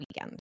weekend